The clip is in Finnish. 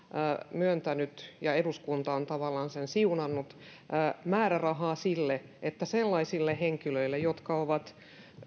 myöntänyt ja eduskunta on tavallaan sen siunannut määrärahan sille että sellaisille henkilöille jotka ovat